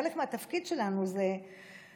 חלק מהתפקיד שלנו זה להיות